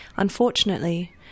Unfortunately